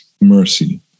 mercy